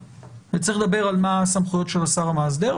וצריך לדבר על הסמכויות של השר המאסדר.